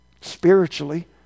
Spiritually